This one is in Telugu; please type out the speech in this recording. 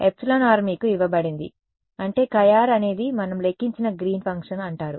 εr మీకు ఇవ్వబడింది అంటే χ అనేది మనం లెక్కించిన గ్రీన్ ఫంక్షన్ అంటారు